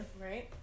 right